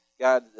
God